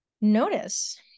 notice